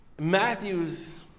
Matthew's